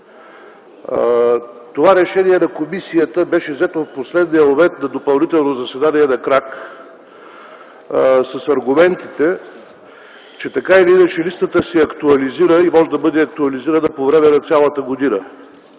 Това решение на комисията беше взето в последния момент – на допълнително заседание, на крак, с аргументите, че така или иначе листата се актуализира и може да бъде актуализирана по време на цялата година.